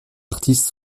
artiste